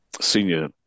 senior